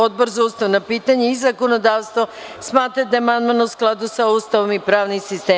Odbor za ustavna pitanja i zakonodavstvo smatra da je amandman u skladu sa Ustavom i pravnim sistemom.